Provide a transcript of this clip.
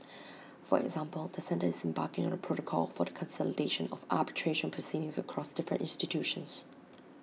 for example the centre is embarking on A protocol for the consolidation of arbitration proceedings across different institutions